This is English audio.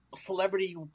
celebrity